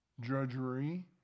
drudgery